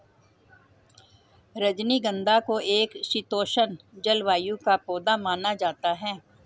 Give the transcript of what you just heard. रजनीगंधा को एक शीतोष्ण जलवायु का पौधा माना जाता है